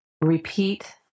repeat